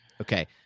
Okay